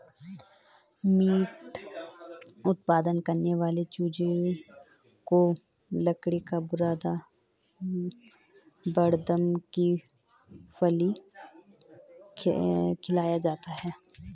meet उत्पादन करने वाले चूजे को लकड़ी का बुरादा बड़दम की फली खिलाया जाता है